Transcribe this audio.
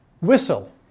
Whistle